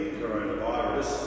coronavirus